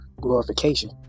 glorification